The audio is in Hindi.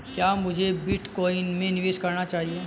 क्या मुझे बिटकॉइन में निवेश करना चाहिए?